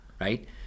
right